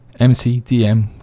MCDM